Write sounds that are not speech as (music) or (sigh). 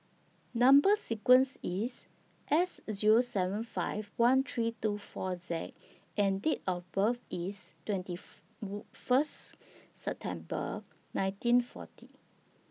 Number sequence IS S Zero seven five one three two four Z and Date of birth IS twenty (noise) First September nineteen forty